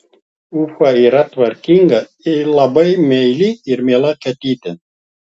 ufa yra tvarkinga labai meili ir miela katytė